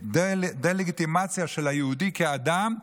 ודה-לגיטימציה של היהודי כאדם,